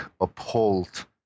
uphold